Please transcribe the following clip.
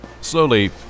Slowly